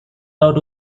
out